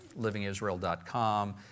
livingisrael.com